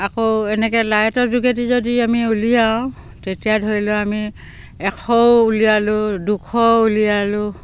আকৌ এনেকৈ লাইটৰ যোগেদি যদি আমি উলিয়াওঁ তেতিয়া ধৰি লওক আমি এশও উলিয়ালোঁ দুশও উলিয়ালোঁ